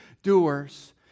doers